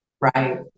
Right